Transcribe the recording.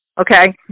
Okay